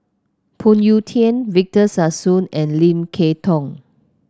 Phoon Yew Tien Victor Sassoon and Lim Kay Tong